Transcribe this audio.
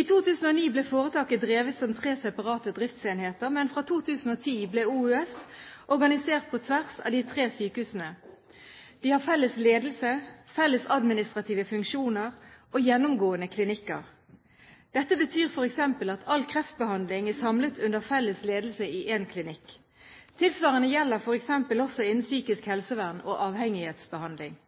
I 2009 ble foretaket drevet som tre separate driftsenheter, men fra 2010 ble Oslo universitetssykehus organisert på tvers av de tre sykehusene. De har felles ledelse, felles administrative funksjoner og gjennomgående klinikker. Dette betyr f.eks. at all kreftbehandling er samlet under felles ledelse i én klinikk. Tilsvarende gjelder f.eks. også innen psykisk helsevern og avhengighetsbehandling.